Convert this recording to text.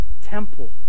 temple